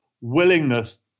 willingness